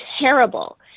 terrible